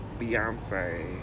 beyonce